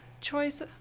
choice